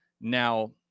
Now